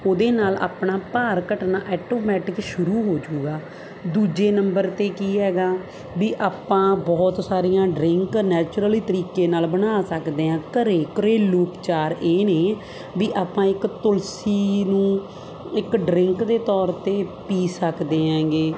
ਉਹਦੇ ਨਾਲ ਆਪਣਾ ਭਾਰ ਘਟਣਾ ਐਟੋਮੈਟਿਕ ਸ਼ੁਰੂ ਹੋ ਜੂਗਾ ਦੂਜੇ ਨੰਬਰ 'ਤੇ ਕੀ ਹੈਗਾ ਵੀ ਆਪਾਂ ਬਹੁਤ ਸਾਰੀਆਂ ਡ੍ਰਿੰਕ ਨੈਚੁਰਲੀ ਤਰੀਕੇ ਨਾਲ ਬਣਾ ਸਕਦੇ ਹਾਂ ਘਰ ਘਰੇਲੂ ਉਪਚਾਰ ਇਹ ਨੇ ਵੀ ਆਪਾਂ ਇੱਕ ਤੁਲਸੀ ਨੂੰ ਇੱਕ ਡਰਿੰਕ ਦੇ ਤੌਰ 'ਤੇ ਪੀ ਸਕਦੇ ਹੈਗੇ